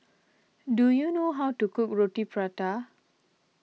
do you know how to cook Roti Prata